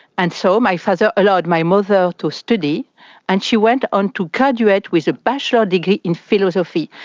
and so my father allowed my mother to study and she went on to graduate with a bachelor degree in philosophy,